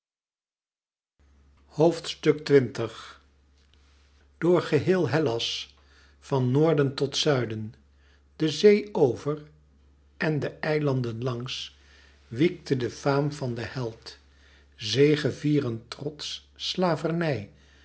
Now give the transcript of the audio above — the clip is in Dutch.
door geheel hellas van noorden tot zuiden de zee over en de eilanden langs wiekte de faam van den held zegevierend trots slavernij